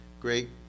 great